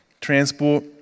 transport